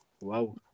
Wow